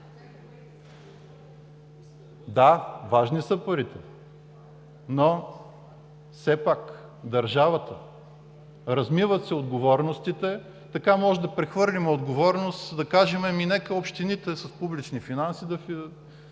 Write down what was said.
Да, важни са парите, но все пак държавата – размиват се отговорностите. Така може да прехвърлим отговорност, да кажем: нека общините с публични финанси да